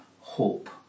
hope